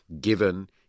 given